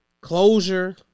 closure